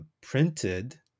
printed